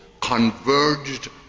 converged